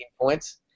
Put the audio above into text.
points